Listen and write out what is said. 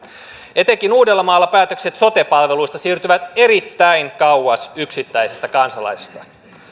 etenkin uudellamaalla päätökset sote palveluista siirtyvät erittäin kauas yksittäisestä kansalaisesta